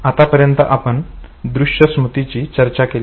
आतापर्यंत आपण दृश्य स्मृतीची चर्चा केली